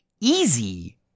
easy